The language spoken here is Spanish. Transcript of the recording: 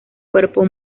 cuerpo